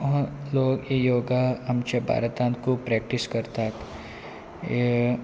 लोक ही योगा आमच्या भारतांत खूब प्रॅक्टीस करतात